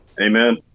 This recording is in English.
Amen